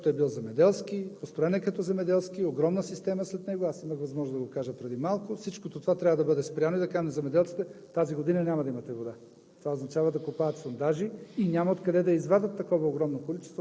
„Ястребино“, който е бил земеделски, построен е като земеделски, огромна система след него. Аз имах възможност да го кажа преди малко. Всичкото това трябва да бъде спряно и да кажем на земеделците: тази година няма да имате вода.